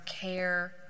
care